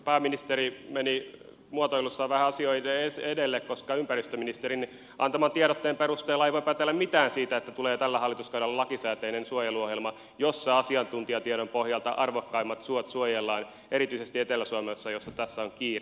pääministeri meni muotoilussaan vähän asioiden edelle koska ympäristöministerin antaman tiedotteen perusteella ei voi päätellä mitään siitä että tulee tällä hallituskaudella lakisääteinen suojeluohjelma jossa asiantuntijatiedon pohjalta arvokkaimmat suot suojellaan erityisesti etelä suomessa missä tässä on kiire